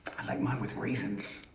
i like mine with raisins.